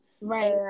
Right